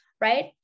right